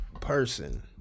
person